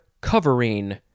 covering